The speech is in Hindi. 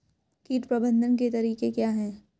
कीट प्रबंधन के तरीके क्या हैं?